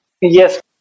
Yes